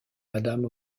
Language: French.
madame